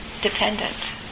dependent